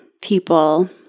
people